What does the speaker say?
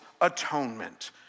atonement